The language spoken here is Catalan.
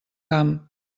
camp